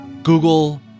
Google